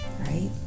right